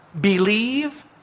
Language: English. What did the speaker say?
believe